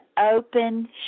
open